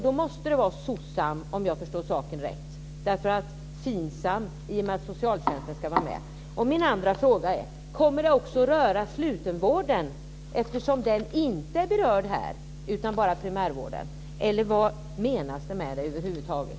Det måste väl vara fråga om SOCSAM, om jag förstått saken rätt i och med att socialtjänsten ska vara med. Min andra fråga är: Kommer det också att röra slutenvården, eftersom den inte är berörd här utan bara primärvården? Eller vad menas över huvud taget?